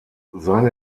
seine